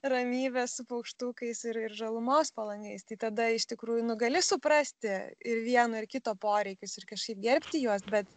ramybę su paukštukais ir ir žalumos po langais tai tada iš tikrųjų nu gali suprasti ir vieno ir kito poreikius ir kažkaip gerbti juos bet